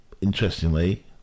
interestingly